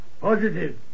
Positive